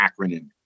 acronym